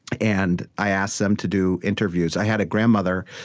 and i asked them to do interviews. i had a grandmother,